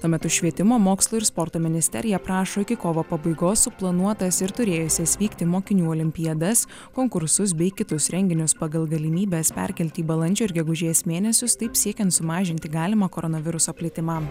tuo metu švietimo mokslo ir sporto ministerija prašo iki kovo pabaigos suplanuotas ir turėjusias vykti mokinių olimpiadas konkursus bei kitus renginius pagal galimybes perkelti į balandžio ir gegužės mėnesius taip siekian sumažinti galimą koronaviruso plitimą